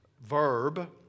verb